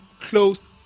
close